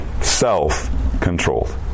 self-controlled